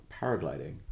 paragliding